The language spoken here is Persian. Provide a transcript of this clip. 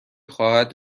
خواهد